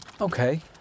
Okay